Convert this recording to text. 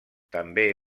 també